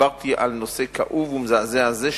דיברתי על נושא כאוב ומזעזע זה,